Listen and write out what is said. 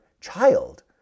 child